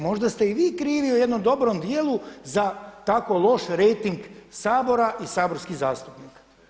Možda ste i vi krivi u jednom dobrom dijelu za tako loš rejting Sabora i saborskih zastupnika.